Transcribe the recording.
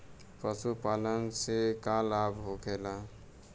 पशुपालन से का लाभ होखेला?